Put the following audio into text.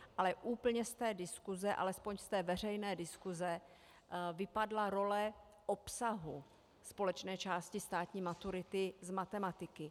Ale úplně z té diskuse, alespoň z té veřejné diskuse, vypadla role obsahu společné části státní maturity z matematiky.